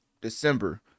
December